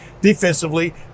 defensively